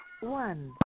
one